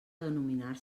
denominar